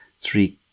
three